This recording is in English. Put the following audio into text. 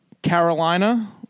Carolina